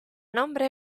nombre